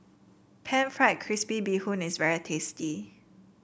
pan fried crispy Bee Hoon is very tasty